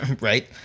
right